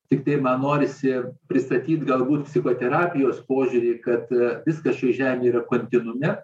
tiktai man norisi pristatyt galbūt psichoterapijos požiūrį kad viskas šioj žemėj yra kontinuumas